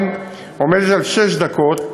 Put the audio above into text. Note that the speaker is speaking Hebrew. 18:00 היא שש דקות,